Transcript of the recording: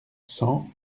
cent